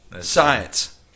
Science